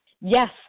yes